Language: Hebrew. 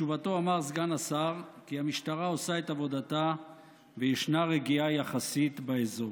בתשובתו אמר סגן השר כי המשטרה עושה את עבודתה וישנה רגיעה יחסית באזור.